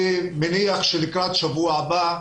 ואני מניח שלקראת שבוע הבא,